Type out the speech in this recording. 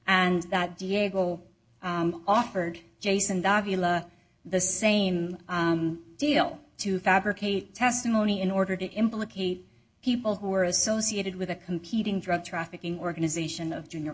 and that diego offered jason davi the same deal to fabricate testimony in order to implicate people who are associated with a competing drug trafficking organization of junior